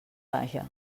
vaja